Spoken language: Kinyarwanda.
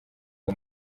uwo